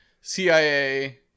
cia